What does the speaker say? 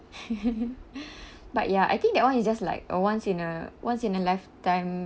but ya I think that one is just like a once in a once in a lifetime